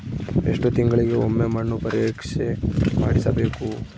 ಎಷ್ಟು ತಿಂಗಳಿಗೆ ಒಮ್ಮೆ ಮಣ್ಣು ಪರೇಕ್ಷೆ ಮಾಡಿಸಬೇಕು?